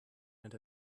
and